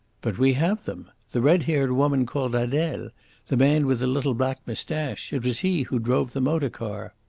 but we have them! the red-haired woman called adele the man with the little black moustache. it was he who drove the motor-car!